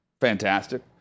Fantastic